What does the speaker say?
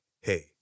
hey